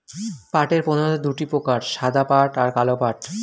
পাটের প্রধানত দুটি প্রকার সাদা পাট আর কালো পাট